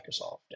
Microsoft